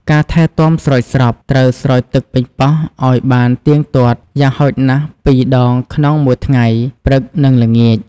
ការថែទាំស្រោចស្រព ត្រូវស្រោចទឹកប៉េងប៉ោះឲ្យបានទៀងទាត់ យ៉ាងហោចណាស់ពីរដងក្នុងមួយថ្ងៃ (ព្រឹក និងល្ងាច)។